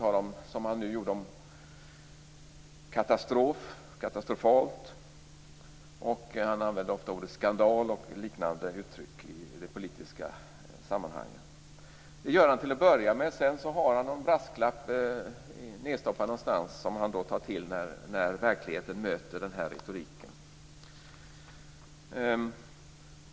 Han talar, som han gjorde nu, om "katastrof" och "katastrofalt". Han använder ofta ordet "skandal" och liknande uttryck i politiska sammanhang. Detta gör han till att börja med; sedan har han någon brasklapp nedstoppad någonstans som han tar till när verkligheten möter retoriken.